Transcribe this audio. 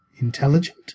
INTELLIGENT